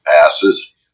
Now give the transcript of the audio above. passes